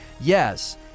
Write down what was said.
yes